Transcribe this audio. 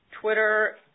Twitter